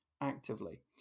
actively